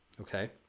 Okay